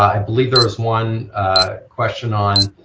i believe there was one question on